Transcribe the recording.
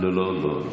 לא לא לא.